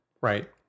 right